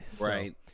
right